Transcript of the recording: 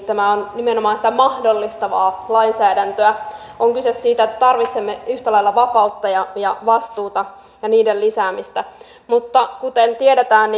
tämä on nimenomaan sitä mahdollistavaa lainsäädäntöä on kyse siitä että tarvitsemme yhtä lailla vapautta ja ja vastuuta ja niiden lisäämistä mutta kuten tiedetään